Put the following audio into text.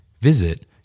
Visit